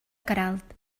queralt